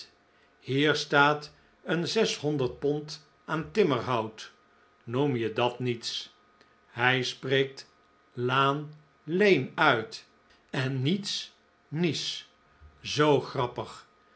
hier staat een zeshonderd pond aan timmerhout noem je dat niets hij spreekt laan laen uit en niets nies zoo grappig